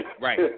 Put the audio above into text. Right